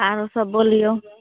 आओरसब बोलिऔ